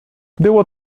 było